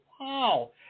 Wow